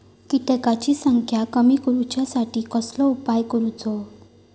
किटकांची संख्या कमी करुच्यासाठी कसलो उपाय करूचो?